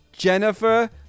Jennifer